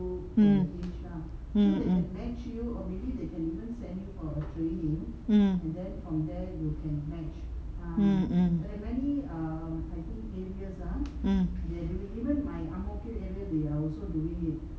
mm mm mm mm mm mm mm